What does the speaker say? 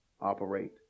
operate